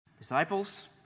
Disciples